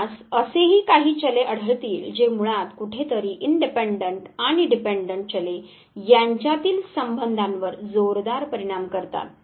आपणास असेही काही चले आढळतील जे मुळात कुठेतरी इनडिपेंडंट आणि डिपेंडंट चले यांच्यातील संबंधांवर जोरदार परिणाम करतात